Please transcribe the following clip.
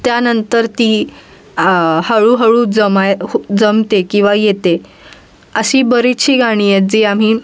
त्यानंतर ती हळूहळू जमाय हो जमते किंवा येते अशी बरीचशी गाणी आहेत जी आम्ही